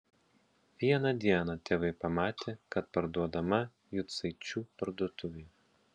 vieną dieną tėvai pamatė kad parduodama jucaičių parduotuvė